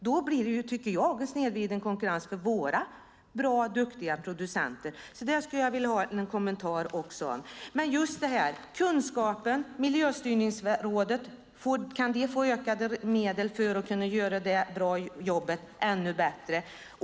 Då blir det en snedvriden konkurrens för våra duktiga producenter. Där vill jag ha en kommentar. Beträffande kunskapen: Kan Miljöstyrningsrådet få ökade medel för att kunna göra det jobb som de gör bra ännu bättre?